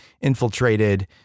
infiltrated